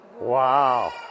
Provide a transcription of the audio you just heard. Wow